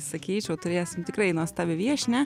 sakyčiau turėsim tikrai nuostabią viešnią